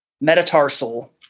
metatarsal